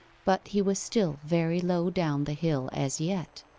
but he was still very low down the hill as yet.